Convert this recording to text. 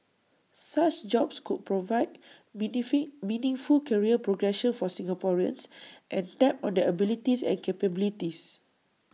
such jobs could provide benefit meaningful career progression for Singaporeans and tap on their abilities and capabilities